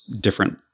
different